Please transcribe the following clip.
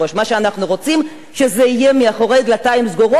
מה שאנחנו רוצים הוא שיהיה מאחורי דלתיים סגורות,